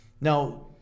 Now